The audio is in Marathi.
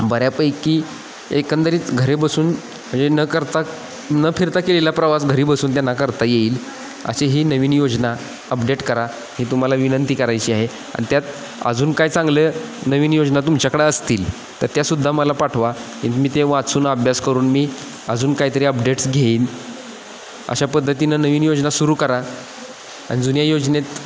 बऱ्यापैकी एकंदरीत घरी बसून म्हणजे न करता न फिरता केलेला प्रवास घरी बसून त्यांना करता येईल अशी ही नवीन योजना अपडेट करा ही तुम्हाला विनंती करायची आहे आणि त्यात अजून काय चांगलं नवीन योजना तुमच्याकडं असतील तर त्यासुद्धा मला पाठवा की मी ते वाचून अभ्यास करून मी अजून काहीतरी अपडेट्स घेईन अशा पद्धतीनं नवीन योजना सुरू करा आणि जुन्या योजनेत